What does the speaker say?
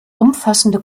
umfassende